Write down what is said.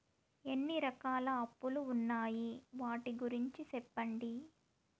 ఎన్ని రకాల అప్పులు ఉన్నాయి? వాటి గురించి సెప్పండి?